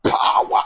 power